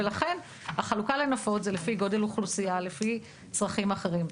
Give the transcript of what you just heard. ולכן החלוקה לנפות היא לפי גודל אוכלוסייה ולפי צרכים אחרים.